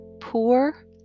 poor